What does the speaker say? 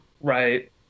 Right